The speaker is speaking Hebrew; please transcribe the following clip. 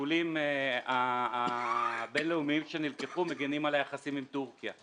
השיקולים הבין-לאומיים שנלקחו מגנים על היחסים עם טורקיה.